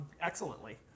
excellently